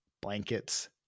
blankets